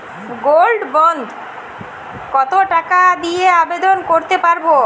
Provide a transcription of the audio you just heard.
Gold bond কত টাকা দিয়ে আবেদন করতে পারবো?